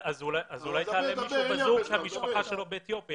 אז אולי תעלה בזום מישהו שהמשפחה שלו באתיופיה.